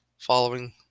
Following